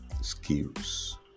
skills